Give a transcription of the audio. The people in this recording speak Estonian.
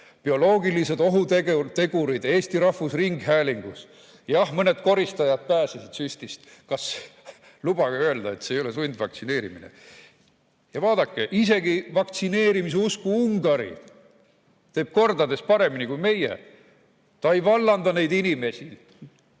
Bioloogilised ohutegurid Eesti Rahvusringhäälingus? Jah, mõned koristajad pääsesid süstist. Lubage öelda, et see ei ole sundvaktsineerimine! Vaadake, isegi vaktsineerimise usku Ungari teeb kordades paremini kui meie. Ta ei vallanda neid inimesi.